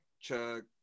Chuck